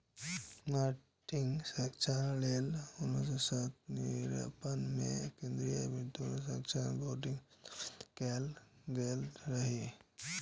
माटिक संरक्षण लेल उन्नैस सय तिरेपन मे केंद्रीय मृदा संरक्षण बोर्ड स्थापित कैल गेल रहै